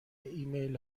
ایمیل